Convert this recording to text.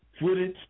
footage